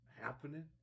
happening